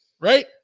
Right